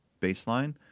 baseline